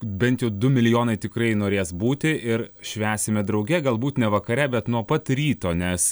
bent jau du milijonai tikrai norės būti ir švęsime drauge galbūt ne vakare bet nuo pat ryto nes